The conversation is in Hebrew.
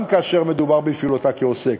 גם כאשר מדובר בפעילותה כעוסק.